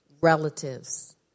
relatives